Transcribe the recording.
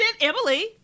Emily